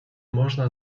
można